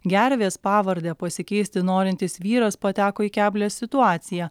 gervės pavardę pasikeisti norintis vyras pateko į keblią situaciją